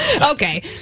okay